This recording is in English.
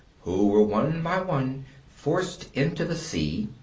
who were one by one forced into the sea,